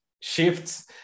shifts